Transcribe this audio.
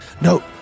No